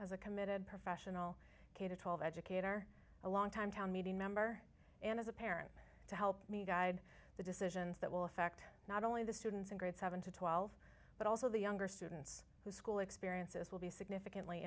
as a committed professional k to twelve educator a long time town meeting member and as a parent to help me guide the decisions that will affect not only the students in grades seven to twelve but also the younger students whose school experiences will be significantly